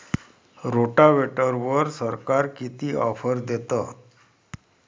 रोटावेटरवर सरकार किती ऑफर देतं?